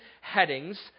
headings